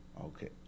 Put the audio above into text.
Okay